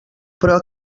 però